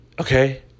Okay